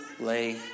lay